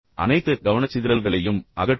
அனைத்து கவனச்சிதறல்களையும் அகற்றவும்